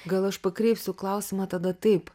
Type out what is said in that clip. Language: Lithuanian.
gal aš pakreipsiu klausimą tada taip